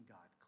God